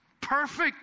perfect